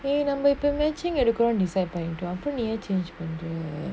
eh நம்ம இப்ப:namma ippa marching எடுக்குரோனு:edukuronu decide பன்னிடோ அப நீயே:pannito apa neeye change பன்ர:panra